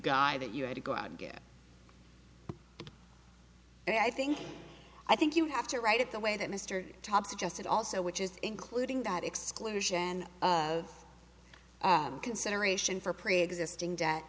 guy that you have to go out and get and i think i think you have to write it the way that mr top suggested also which is including that exclusion of consideration for preexisting debt